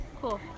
cool